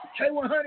K100